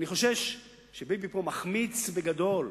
אני חושש שביבי פה מחמיץ בגדול.